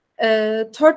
Third